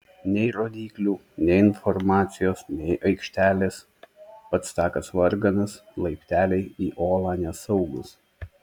nei rodyklių nei informacijos nei aikštelės pats takas varganas laipteliai į olą nesaugūs